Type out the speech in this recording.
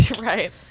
right